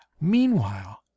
Meanwhile